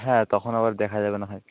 হ্যাঁ তখন আবার দেখা যাবে না হয়